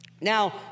Now